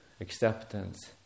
acceptance